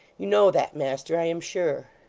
you know that, master, i am sure